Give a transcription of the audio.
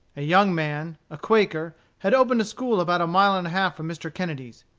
a young man, a quaker, had opened a school about a mile and a half from mr. kennedy's.